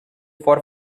for